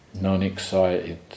non-excited